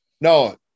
No